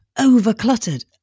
over-cluttered